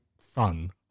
fun